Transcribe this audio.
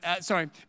sorry